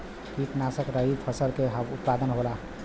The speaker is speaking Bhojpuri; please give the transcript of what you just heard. कीटनाशक रहित फसल के उत्पादन होला